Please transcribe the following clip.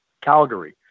Calgary